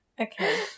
Okay